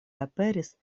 aperis